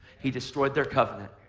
he destroyed their covenant.